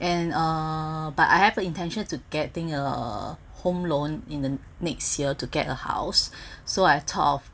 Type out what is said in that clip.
and uh but I have a intention to getting a home loan in the next year to get a house so I thought of